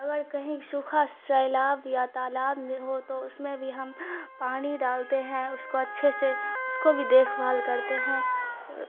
اگر کہیں سوکھا سیلاب یا تالاب میں ہو تو اس میں بھی ہم پانی ڈالتے ہیں اس کو اچھے سے اس کو بھی دیکھ بھال کرتے ہیں